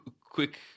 quick